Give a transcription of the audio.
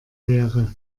wäre